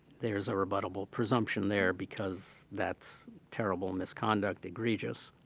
there's a rebuttable presumption there because that's terrible misconduct, egregious.